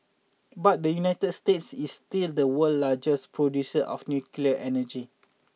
but the United States is still the world largest producer of nuclear energy